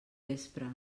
vespre